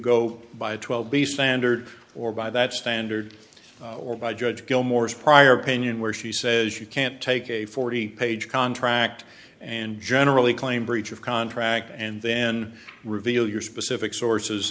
go by twelve b standard or by that standard or by judge gilmore's prior opinion where she says you can't take a forty page contract and generally claim breach of contract and then reveal your specific sources